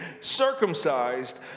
circumcised